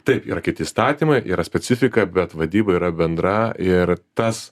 taip yra kiti įstatymai yra specifika bet vadyba yra bendra ir tas